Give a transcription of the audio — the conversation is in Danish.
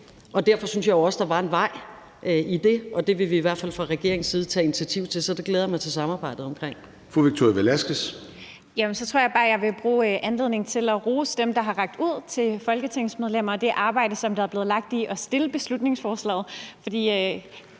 derfor synes jeg jo også, der var en vej i det, og det vil vi i hvert fald fra regeringens side tage initiativ til at se på. Så det glæder jeg mig til samarbejdet om.